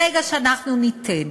ברגע שאנחנו ניתן